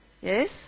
Yes